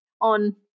on